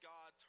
God